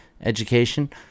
Education